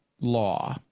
law